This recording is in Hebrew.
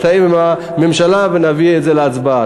ונתאם עם הממשלה ונביא את זה להצבעה.